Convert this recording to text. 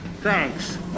Thanks